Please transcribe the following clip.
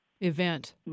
event